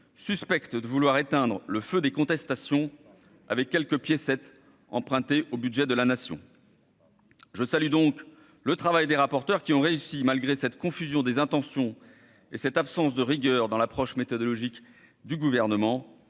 suspectent de vouloir éteindre le feu des contestations avec quelques piécettes emprunté au budget de la nation, je salue donc le travail des rapporteurs qui ont réussi, malgré cette confusion des intentions et cette absence de rigueur dans l'approche méthodologique du gouvernement